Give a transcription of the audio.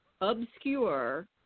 obscure